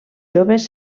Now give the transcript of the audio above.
joves